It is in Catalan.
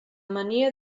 mania